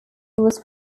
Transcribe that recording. was